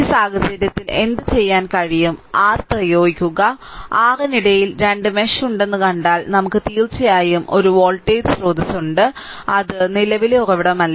ഈ സാഹചര്യത്തിൽ എന്തുചെയ്യാൻ കഴിയും r പ്രയോഗിക്കുക r ന് ഇടയിൽ 2 മെഷ് ഉണ്ടെന്ന് കണ്ടാൽ നമുക്ക് തീർച്ചയായും ഒരു വോൾട്ടേജ് സ്രോതസ്സ് ഉണ്ട് അത് നിലവിലെ ഉറവിടമല്ല